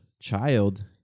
child